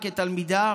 כתלמידה,